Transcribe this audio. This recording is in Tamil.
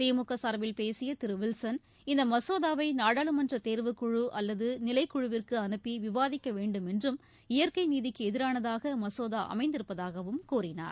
திமுக சார்பில் பேசிய திரு வில்சன் இந்த மசோதாவை நாடாளுமன்ற தேர்வுக்குழு அல்லது நிலைக்குழுவிற்கு அனுப்பி விவாதிக்க வேண்டும் என்றும் இயற்கை நீதிக்கு எதிரானதாக மசோதா அமைந்திருப்பதாகவும் கூறினார்